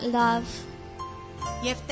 love